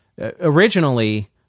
Originally